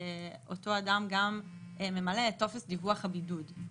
אותו אדם גם ממלא את טופס דיווח הבידוד.